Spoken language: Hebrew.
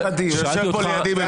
הוועדה, שבמקרה יושב פה לידי.